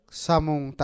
samung